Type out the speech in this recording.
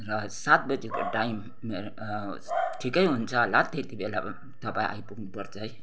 र सात बजीको टाइम ठिकै हुन्छ होला त्यतिबेला तपाईँ आइपुग्नुपर्छ है